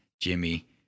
jimmy